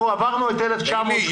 עברנו את "1984" של ג'ורג' אורוול.